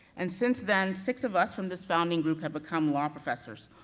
and since then, six of us from this founding group have become law professors,